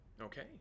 Okay